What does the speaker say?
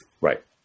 Right